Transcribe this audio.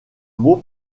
mot